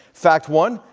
fact one,